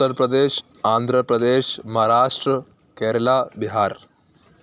Uttar Pradesh Andhra Pradesh Maharashtra Kerala Bihar